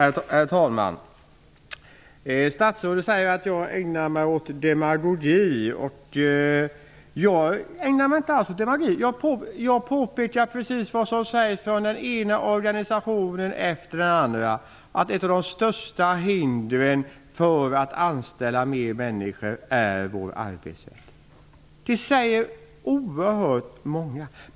Herr talman! Statsrådet säger att jag ägnar mig åt demagogi. Jag ägnar mig inte alls åt demagogi, utan jag påpekar precis vad som sägs från den ena organisationen efter den andra, att ett av de största hindren för att anställa fler människor är arbetsrätten. Det säger oerhört många.